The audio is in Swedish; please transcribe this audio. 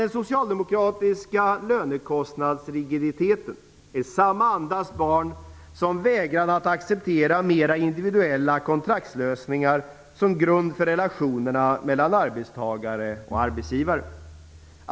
Den socialdemokratiska lönekostnadsrigiditeten är samma andas barn som vägran att acceptera mera individuella kontraktslösningar som grund för relationerna mellan arbetstagare och arbetsgivare.